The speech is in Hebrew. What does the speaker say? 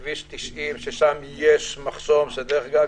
כביש 90 ששם יש מחסום דרך אגב,